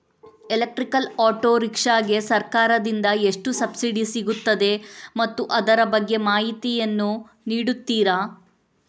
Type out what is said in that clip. Electrical auto rickshaw ಗೆ ಸರ್ಕಾರ ದಿಂದ ಎಷ್ಟು ಸಬ್ಸಿಡಿ ಸಿಗುತ್ತದೆ ಮತ್ತು ಅದರ ಬಗ್ಗೆ ಮಾಹಿತಿ ಯನ್ನು ನೀಡುತೀರಾ?